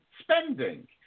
spending